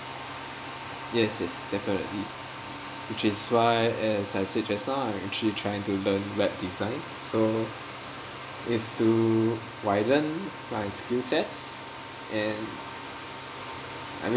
yes yes definitely which is why as I said just now I'm actually trying to learn web design so it's to widen my skill sets and I